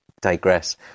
digress